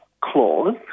clause